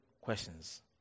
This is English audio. questions